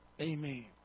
Amen